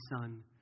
Son